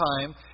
time